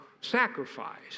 sacrifice